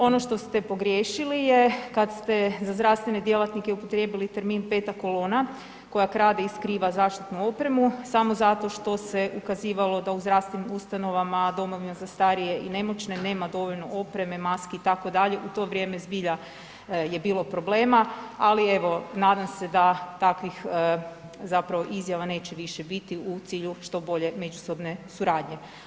Ono što ste pogriješili je kad ste za zdravstvene djelatnike upotrijebili termin peta kolona koja krade i skriva zaštitnu opremu samo zato što se ukazivalo da u zdravstvenim ustanovama, domovima za starije i nemoćne nema dovoljno opreme, maski itd. u to vrijeme zbilja je bilo problema ali evo nadam se evo da takvih zapravo izjava neće više biti u cilju što bolje međusobne suradnje.